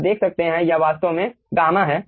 आप देख सकते हैं कि यह वास्तव में गामा है